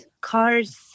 cars